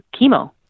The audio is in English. chemo